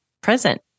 present